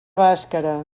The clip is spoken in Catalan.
bàscara